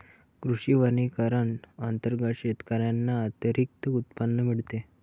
कृषी वनीकरण अंतर्गत शेतकऱ्यांना अतिरिक्त उत्पन्न मिळते